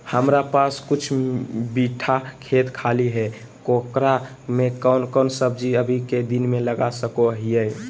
हमारा पास कुछ बिठा खेत खाली है ओकरा में कौन कौन सब्जी अभी के दिन में लगा सको हियय?